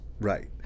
right